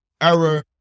error